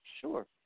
Sure